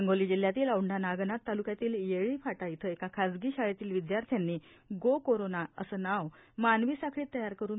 हिंगोली जिल्ह्यातील औंढा नागनाथ ताल्क्यातील येळी फाटा इथं एका खासगी शाळेतील विद्यार्थ्यांनी गो कोरोना असे नाव मानवी साखळीत तयार करून